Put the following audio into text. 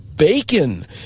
Bacon